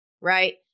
right